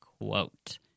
quote